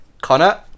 Connor